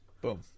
Boom